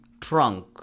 trunk